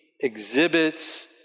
exhibits